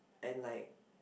and like